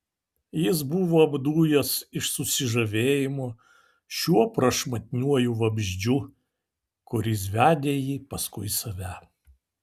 jis buvo apdujęs iš susižavėjimo šiuo prašmatniuoju vabzdžiu kuris vedė jį paskui save